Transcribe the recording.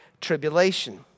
tribulation